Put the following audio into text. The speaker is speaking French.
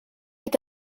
est